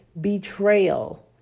betrayal